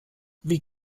wie